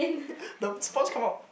the the sponge come out